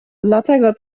dlatego